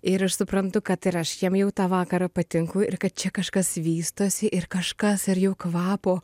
ir aš suprantu kad ir aš jam jau tą vakarą patinku ir kad čia kažkas vystosi ir kažkas ar jau kvapo